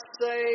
say